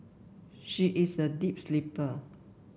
she is a deep sleeper